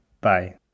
Bye